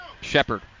Shepard